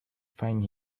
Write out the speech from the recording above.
find